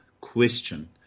question